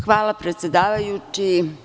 Hvala, predsedavajući.